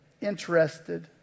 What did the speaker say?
interested